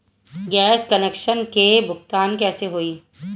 Gas connection के भुगतान कैसे होइ?